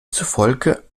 zufolge